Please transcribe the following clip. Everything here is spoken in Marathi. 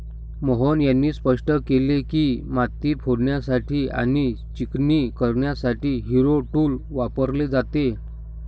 मोहन यांनी स्पष्ट केले की, माती फोडण्यासाठी आणि चिकणी करण्यासाठी हॅरो टूल वापरले जाते